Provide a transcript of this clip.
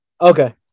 Okay